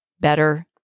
better